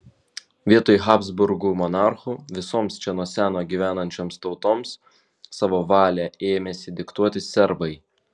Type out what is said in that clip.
vietoj habsburgų monarchų visoms čia nuo seno gyvenančioms tautoms savo valią ėmėsi diktuoti serbai